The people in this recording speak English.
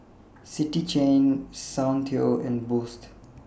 City Chain Soundteoh and Boost